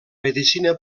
medicina